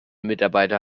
mitarbeiter